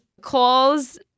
calls